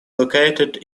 located